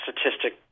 statistic